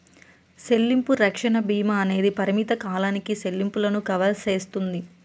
సెల్లింపు రక్షణ భీమా అనేది పరిమిత కాలానికి సెల్లింపులను కవర్ సేస్తుంది